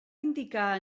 indicar